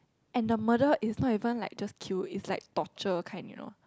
and the murder is not even like just kill is like torture kind you know